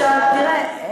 עכשיו תראה,